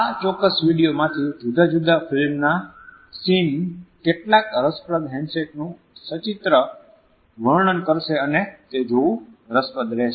આ ચોક્ક્સ વિડિયો માંથી જુદા જુદા ફિલ્મના સીન કેટલાક રસપ્રદ હેન્ડશેક્સનું સચિત્ર વર્ણન કરશે અને તે જોવું રસપ્રદ રહેશે